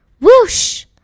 whoosh